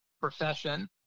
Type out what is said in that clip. profession